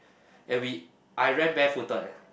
and we I ran barefoot thought eh